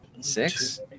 Six